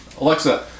Alexa